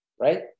right